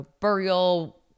burial